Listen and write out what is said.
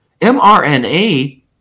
mRNA